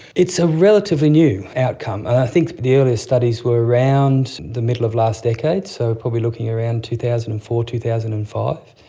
it's a relatively new outcome, and i think the earlier studies were around the middle of last decade, so probably looking around two thousand and four, two thousand and five.